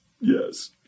yes